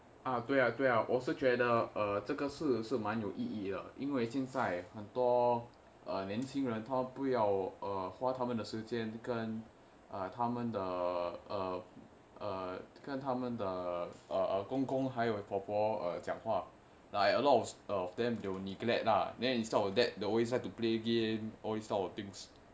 啊对啊对啊我是觉得呃这个事是蛮有意义了因为现在很多年轻人他不要花他们的时间根哦他们的看他们的哦公公还有他们的婆婆讲话:a dui a dui a wo shi jue de eai zhe ge shi shi man you yi yi le yin wei xian zai hen duo nianng qing ren ta bu yao hua ta men de shi jian gen o ta men de kan ta men de o gong gong hai you ta men de po po jiang hua like alot of of them they will neglect lah then instead of that they always like to play game all these type of things